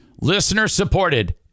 Listener-supported